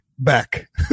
back